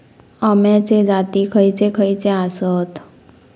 अम्याचे जाती खयचे खयचे आसत?